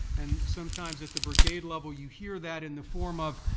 and sometimes at the brigade level, you hear that in the form of,